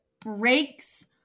breaks